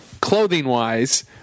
clothing-wise